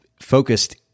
focused